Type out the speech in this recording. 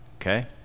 okay